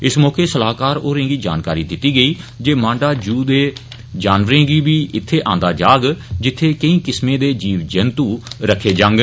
इस मौके सलाहकार होरें गी जानकारी दित्ती गेई जे मांडा जू दे जानवरें गी बी इत्थें आंदा जाग जित्थें केई किस्मे दे जीव जैंतू रक्खे जांडन